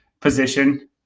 position